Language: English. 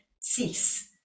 cease